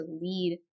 lead